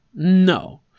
No